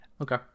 okay